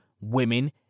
women